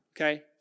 okay